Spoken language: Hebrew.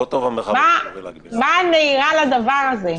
מה הנהירה לדבר הזה?